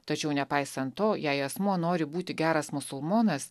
tačiau nepaisant to jei asmuo nori būti geras musulmonas